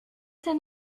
ses